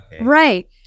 right